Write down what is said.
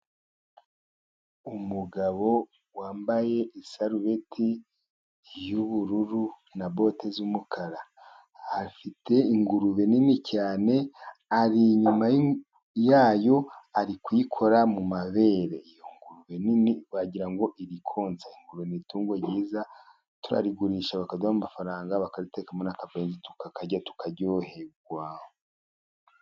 Umugabo wambaye isarubeti y'ubururu na bote z'umukara, fite ingurube nini cyane ari inyuma yayo ari kuyikora mu mabere, iyo ngurube nini wagira ngo iri konsa. Ingurube ni itungo ryiza turarigurisha bakaduha amafaranga bakariteka n'akabenzi tukakayirya tukaryoherwa.